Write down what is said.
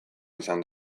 izan